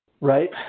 Right